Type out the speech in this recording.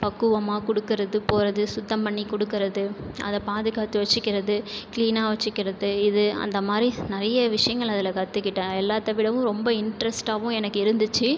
பக்குவமா கொடுக்கறது போகிறது சுத்தம் பண்ணிக் கொடுக்கறது அதை பாதுகாத்து வச்சுக்கிறது க்ளீனாக வச்சுக்கிறது இது அந்த மாதிரி நிறைய விஷயங்கள் அதில் கற்றுக்கிட்டேன் எல்லாத்தை விடவும் ரொம்ப இண்ட்ரெஸ்ட்டாவும் எனக்கு இருந்துச்சு